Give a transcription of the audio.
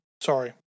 Sorry